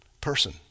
person